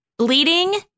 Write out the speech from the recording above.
Bleeding